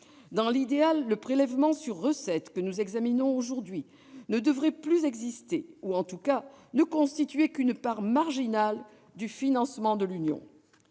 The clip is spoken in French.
Dans l'idéal, le prélèvement sur recettes que nous examinons aujourd'hui ne devrait plus exister, ou en tout cas ne constituer qu'une part marginale du financement de l'Union